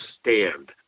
stand